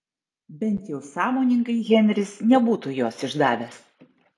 bent jau sąmoningai henris nebūtų jos išdavęs